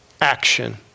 action